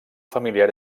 familiar